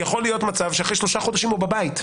יכול להיות מצב שאחרי שלושה חודשים הוא בבית.